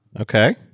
Okay